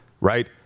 right